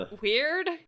weird